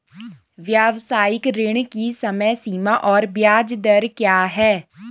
व्यावसायिक ऋण की समय सीमा और ब्याज दर क्या है?